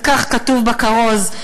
וכך כתוב בכרוז,